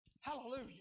Hallelujah